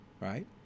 right